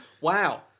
Wow